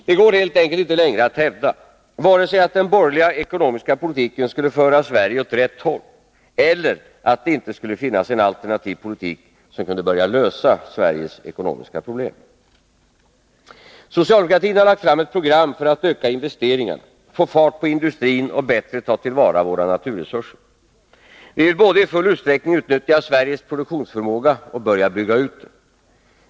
Det går helt enkelt inte längre att hävda vare sig att den borgerliga ekonomiska politiken skulle föra Sverige åt rätt håll eller att det inte skulle finnas en alternativ politik som kunde börja lösa Sveriges ekonomiska problem. Socialdemokratin har lagt fram ett program för att öka investeringarna, få fart på industrin och bättre ta till vara våra naturresurser. Vi vill både i full utsträckning utnyttja Sveriges produktionsförmåga och börja bygga ut den.